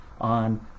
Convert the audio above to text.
on